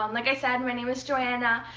um like i said, my name is joanna.